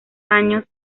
años